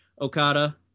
Okada